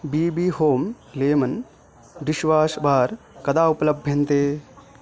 B बी हों lemon dishwash bar कदा उपलभ्यन्ते